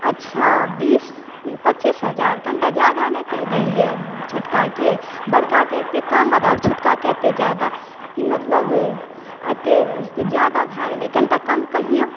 अच्छा बीस पच्चीस हजार कनिटा ज्यादा नहि कहि देलियै छोटकाके बड़काके एतय कम आओर छोटकाके एतय जादा मतलब एतय कुछ जादा भए गेलय कनिटा कम कहिउँ